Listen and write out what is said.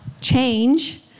change